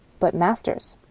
but, masters,